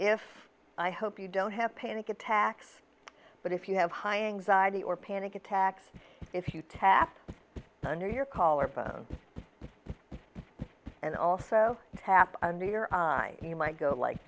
if i hope you don't have panic attacks but if you have high anxiety or panic attacks if you tap under your color phone and also tap under your eyes you might go like